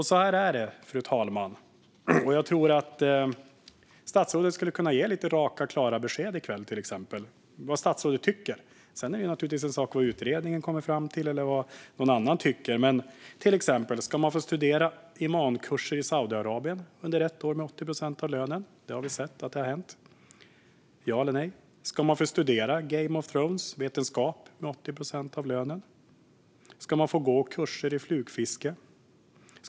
Så här är det, fru talman. Jag tror att statsrådet skulle kunna ge lite raka och klara besked i kväll, till exempel om vad statsrådet själv tycker. Sedan handlar det naturligtvis om vad utredningen kommer fram till och om vad andra tycker. Men för att ta några exempel: Ska man få studera imamkurser i Saudiarabien under ett år med 80 procent av lönen? Vi har sett att det har hänt. Ja eller nej? Ska man få studera Game of Thrones-vetenskap med 80 procent av lönen? Ska man få gå kurser i flugfiske?